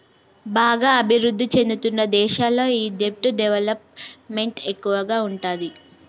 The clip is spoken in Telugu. బాగా అభిరుద్ధి చెందుతున్న దేశాల్లో ఈ దెబ్ట్ డెవలప్ మెంట్ ఎక్కువగా ఉంటాది